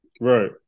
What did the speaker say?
Right